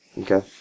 Okay